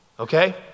Okay